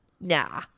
Nah